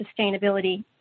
sustainability